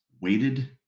weighted